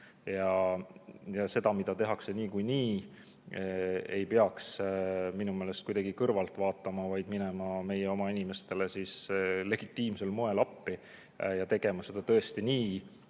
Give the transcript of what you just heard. Ja seda, mida tehakse niikuinii, ei peaks minu meelest kuidagi kõrvalt vaatama, vaid peaks minema meie oma inimestele legitiimsel moel appi ja tegema seda tõesti nii,